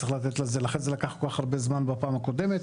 לכן לקח כל כך הרבה זמן בפעם הקודמת.